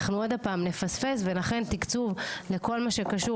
אנחנו עוד הפעם נפספס ולכן תקצוב לכל מה שקשור